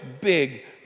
big